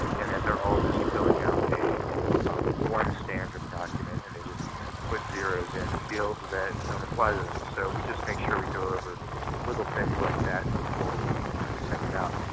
and that they're all just filling out one standard document and they just put zeros in the fields that don't apply to them. so we just make sure we go over little things like that before we send it out.